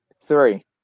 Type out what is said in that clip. Three